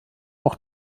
auch